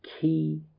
key